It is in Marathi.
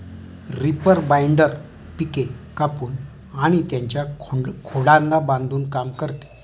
रीपर बाइंडर पिके कापून आणि त्यांच्या खोडांना बांधून काम करते